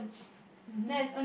mmhmm